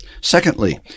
Secondly